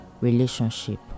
relationship